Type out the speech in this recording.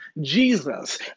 Jesus